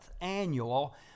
annual